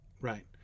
right